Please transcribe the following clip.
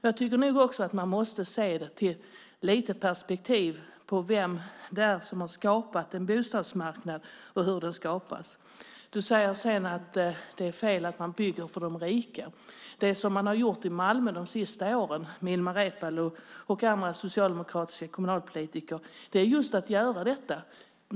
Jag tycker nog att man måste ha lite perspektiv på vem det är som skapat bostadsmarknaden och hur den skapats. Sedan säger Leif Jakobsson att det är fel att bygga för de rika. Det som Ilmar Reepalu och andra socialdemokratiska kommunalpolitiker gjort i Malmö under de senaste åren är just att bygga för de rika.